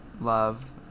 love